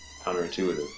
counterintuitive